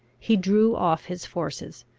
he drew off his forces,